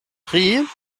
tri